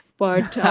but